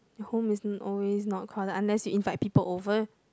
the home is always not crowded unless you invite people over